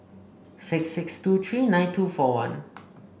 six six two tree nine two four one